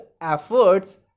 efforts